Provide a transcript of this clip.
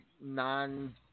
non